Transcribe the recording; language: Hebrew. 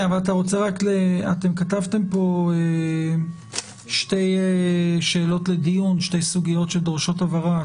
אבל אתם כתבתם פה שתי שאלות לדיון של שתי סוגיות שדורשות הבהרה.